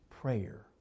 Prayer